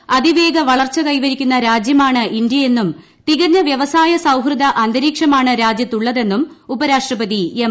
ലോകത്ത് അതിവേഗ വളർച്ച കൈവരിക്കുന്ന രാജ്യമാണ് ഇന്ത്യയെന്നും തികഞ്ഞ വൃവസായ സൌഹൃദ അന്തരീക്ഷമാണ് രാജൃത്തുള്ളതെന്നും ഉപരാഷ്ട്രപതി എം